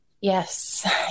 yes